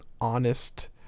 Honest